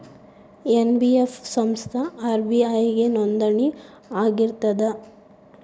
NBF ಸಂಸ್ಥಾ RBI ಗೆ ನೋಂದಣಿ ಆಗಿರ್ತದಾ?